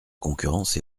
concurrence